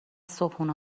صبحونه